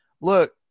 look